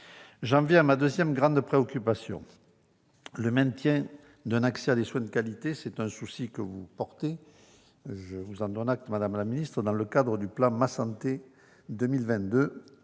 J'en viens à ma deuxième grande préoccupation, le maintien d'un accès à des soins de qualité. C'est un souci que vous portez, madame la ministre, dans le cadre du plan « Ma santé 2022 »,